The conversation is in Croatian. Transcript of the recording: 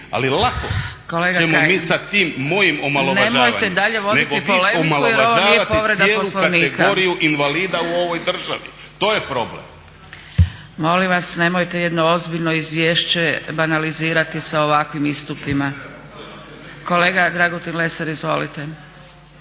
(ID - DI)** Sa tim mojim omalovažavanjem, nego vi omalovažavate cijelu kategoriju invalida u ovoj državi. To je problem. **Zgrebec, Dragica (SDP)** Molim vas nemojte jedno ozbiljno izvješće banalizirati sa ovakvim istupima. Kolega Dragutin Lesar, izvolite.